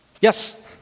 yes